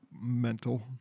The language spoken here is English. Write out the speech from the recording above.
mental